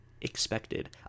expected